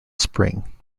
spring